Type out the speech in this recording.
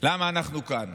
למה אנחנו כאן?